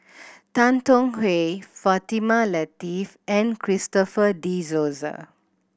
Tan Tong Hye Fatimah Lateef and Christopher De Souza